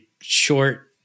short